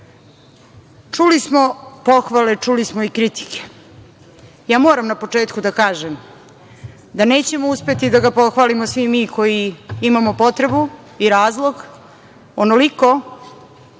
smo pohvale, čuli smo i kritike. Moram na početku da kažem da nećemo uspeti da ga pohvalimo svi mi koji imamo potrebu i razlog onoliko